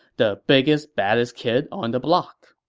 the biggest, baddest kid on the block